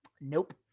nope